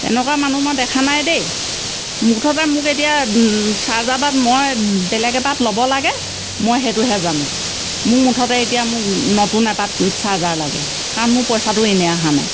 এনেকুৱা মানুহ মই দেখা নাই দেই মুঠতে মোক এতিয়া চাৰ্জাৰ পাত মই বেলেগ এপাত ল'ব লাগে মই সেইটোহে জানো মোক মুঠতে এতিয়া মোক নতুন এপাত চাৰ্জাৰ লাগে কাৰণ মোৰ পইচাটো এনেই অহা নাই